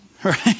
right